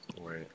right